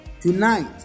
tonight